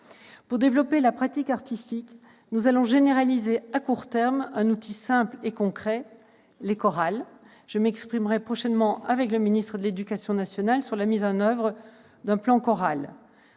Pour développer la pratique artistique, nous généraliserons à court terme un outil simple et concret : les chorales. Je m'exprimerai prochainement, avec le ministre de l'éducation nationale, sur la mise en oeuvre d'un plan Chorales.